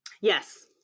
Yes